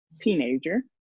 teenager